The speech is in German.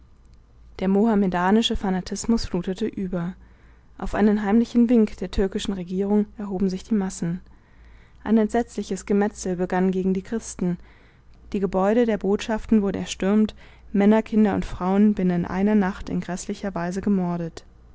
der mohammedanische fanatismus flutete über auf einen heimlichen wink der türkischen regierung erhoben sich die massen ein entsetzliches gemetzel begann gegen die christen die gebäude der botschaften wurden erstürmt männer kinder und frauen binnen einer nacht in gräßlicher weise gemordet